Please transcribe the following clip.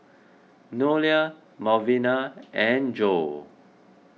Noelia Malvina and Jo